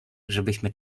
żebyśmy